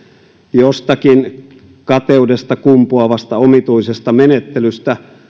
jostakin kateudesta kumpuavasta omituisesta menettelystä